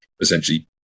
essentially